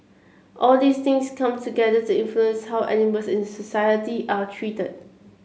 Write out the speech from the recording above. all these things come together to influence how animals in society are treated